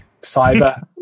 cyber